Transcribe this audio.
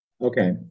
Okay